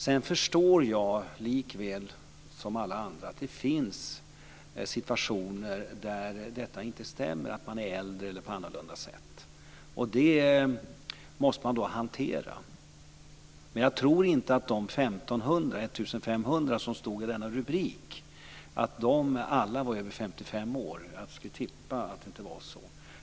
Sedan förstår jag lika väl som alla andra att det finns situationer där detta inte stämmer. Det kan vara så att man är äldre eller på något annat sätt. Det måste man då hantera. Men jag tror inte att alla de 1 500 som det stod om i rubriken var över 55 år. Jag skulle tippa att det inte var så.